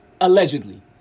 Allegedly